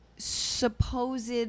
Supposed